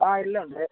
ആ എല്ലാം ഉണ്ട്